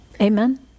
Amen